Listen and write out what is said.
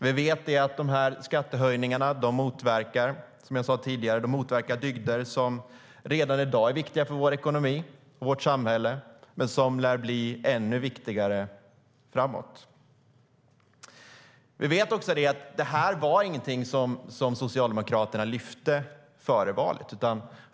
Vi vet, som jag sade tidigare, att skattehöjningarna motverkar dygder som redan i dag är viktiga för vår ekonomi och vårt samhälle och som lär bli ännu viktigare framåt. Vi vet också att detta inte var någonting som Socialdemokraterna lyfte upp före valet.